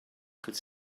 could